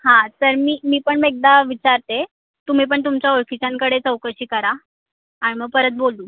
हां तर मी मी पण एकदा विचारते तुम्ही पण तुमच्या ओळखीच्यांकडे चौकशी करा आणि मग परत बोलू